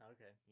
Okay